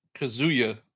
kazuya